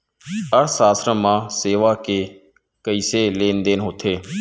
अर्थशास्त्र मा सेवा के कइसे लेनदेन होथे?